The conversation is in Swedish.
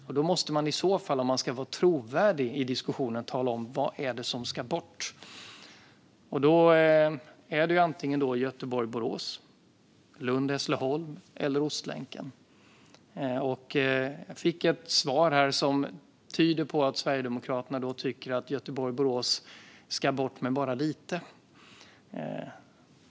Om man ska vara trovärdig i diskussionen måste man tala om vad det är som ska bort. Då handlar det om Göteborg-Borås, Lund-Hässleholm eller Ostlänken. Jag fick ett svar här som tyder på att Sverigedemokraterna tycker att Göteborg-Borås ska bort men bara lite.